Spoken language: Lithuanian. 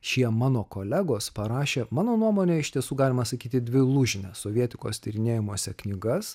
šie mano kolegos parašė mano nuomone iš tiesų galima sakyti dvi lūžines sovietikos tyrinėjimuose knygas